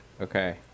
Okay